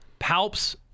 Palps